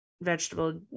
vegetable